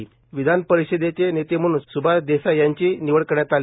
तर विधानपरिषदेचे नेते म्हणून सुभाष देसाई यांची निवड करण्यात आली